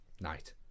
Night